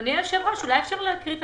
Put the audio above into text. אדוני היושב-ראש, אולי אפשר להקריא את